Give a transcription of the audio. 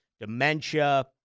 dementia